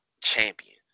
champion